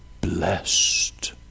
blessed